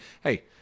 hey